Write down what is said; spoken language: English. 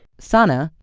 sanna,